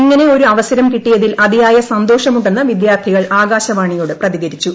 ഇങ്ങനെ ഒരു അവസരം കിട്ടിയതിൽ അതിയായ സന്തോഷമുണ്ടെന്ന് വിദ്യാർത്ഥികൾ ആകാശവാണിയോട് പ്രതികരിച്ചു